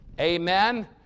Amen